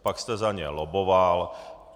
Pak jste za ně lobboval.